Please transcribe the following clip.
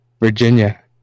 Virginia